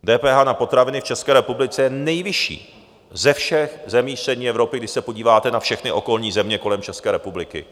DPH na potraviny v České republice je nejvyšší ze všech zemí střední Evropy, když se podíváte na všechny okolní země kolem České republiky.